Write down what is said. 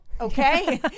Okay